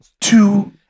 Two